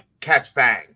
catch-bang